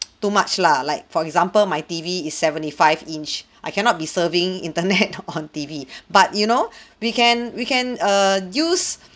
too much lah like for example my T_V is seventy-five inch I cannot be serving internet on T_V but you know we can we can err use